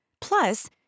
Plus